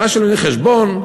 לומדים חשבון.